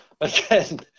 Again